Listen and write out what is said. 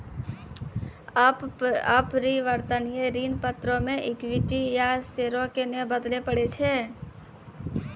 अपरिवर्तनीय ऋण पत्रो मे इक्विटी या शेयरो के नै बदलै पड़ै छै